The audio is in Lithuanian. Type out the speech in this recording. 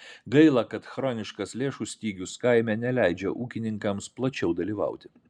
gaila kad chroniškas lėšų stygius kaime neleidžia ūkininkams plačiau dalyvauti